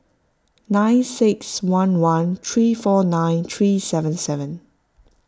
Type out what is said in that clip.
nine six one one three four nine three seven seven